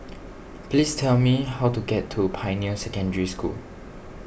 please tell me how to get to Pioneer Secondary School